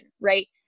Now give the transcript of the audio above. right